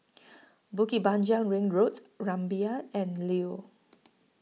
Bukit Panjang Ring Road Rumbia and The Leo